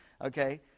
okay